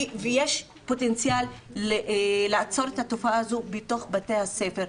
כי יש פוטנציאל לעצור את התופעה הזאת בתוך בתי הספר,